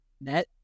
net